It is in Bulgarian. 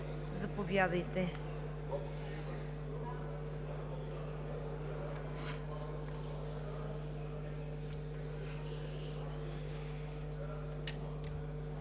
Заповядайте,